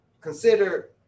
consider